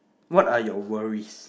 what are your worries